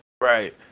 Right